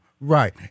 Right